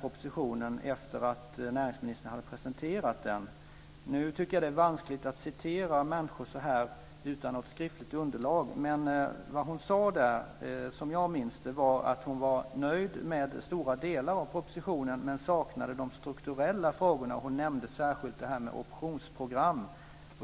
propositionen efter att näringsministern hade presenterat den. Nu tycker jag att det är vanskligt att citera människor utan något skriftligt underlag, men vad hon sade var, som jag minns det, att hon var nöjd med stora delar av propositionen men saknade de strukturella frågorna. Hon nämnde särskilt optionsprogram.